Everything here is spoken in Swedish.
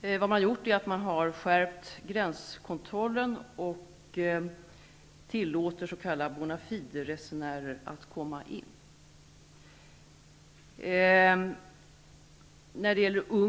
Men man har skärpt gränskontrollen och tillåter bara s.k. bona fide-resenärer att komma in i landet. Enligt de